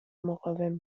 مقاوم